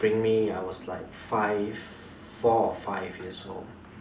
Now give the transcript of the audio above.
bring me I was like five four or five years old